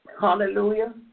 Hallelujah